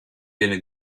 viene